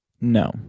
No